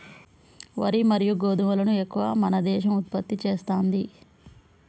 వరి మరియు గోధుమలను ఎక్కువ మన దేశం ఉత్పత్తి చేస్తాంది